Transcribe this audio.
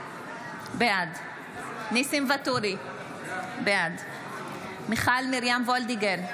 בעד ניסים ואטורי, בעד מיכל מרים וולדיגר,